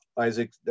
Isaac